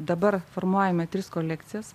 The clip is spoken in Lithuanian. dabar formuojame tris kolekcijas